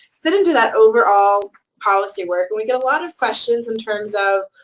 fit into that overall policy work, and we get a lot of questions in terms of,